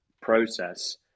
process